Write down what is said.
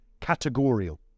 categorical